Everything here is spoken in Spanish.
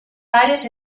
varios